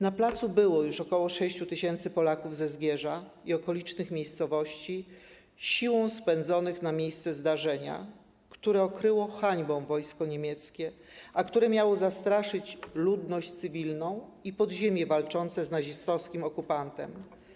Na placu było już ok. 6 tys. Polaków ze Zgierza i okolicznych miejscowości siłą spędzonych na miejsce zdarzenia, które okryło hańbą wojsko niemieckie, a które miało zastraszyć ludność cywilną i podziemie walczące z nazistowskim okupantem.